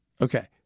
Okay